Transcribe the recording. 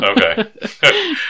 Okay